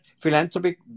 philanthropic